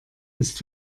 ist